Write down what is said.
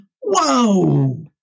whoa